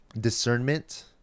discernment